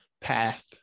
path